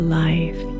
life